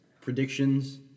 Predictions